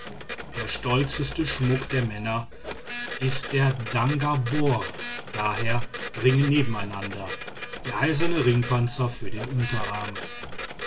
der stolzeste schmuck der männer ist der danga bor d h ringe nebeneinander der eiserne ringpanzer für den unterarm